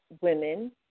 women